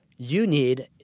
you need,